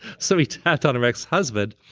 so we tapped on her ex-husband,